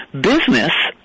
Business